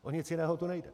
O nic jiného tu nejde.